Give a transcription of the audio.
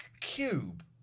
cube